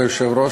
כבוד היושב-ראש,